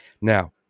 Now